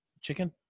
Chicken